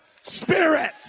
spirit